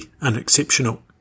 unexceptional